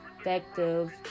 effective